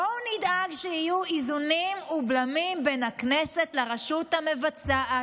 בואו נדאג שיהיו איזונים ובלמים בין הכנסת לרשות המבצעת.